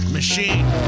Machine